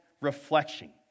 reflection